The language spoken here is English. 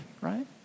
Right